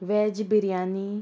veg biryani